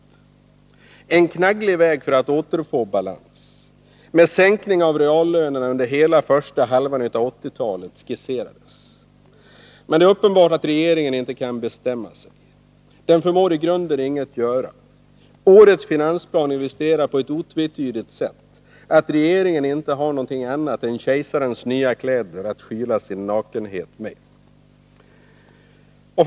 En knagglig väg för att återfå balans med sänkning av reallönerna under hela första halvan av 1980-talet skisserades. Men regeringen kan uppenbarligen inte bestämma sig. Den förmår i grunden inget göra. Årets finansplan illustrerar på ett otvetydigt sätt att regeringen inte har något annat än kejsarens nya kläder att skyla sin nakenhet med.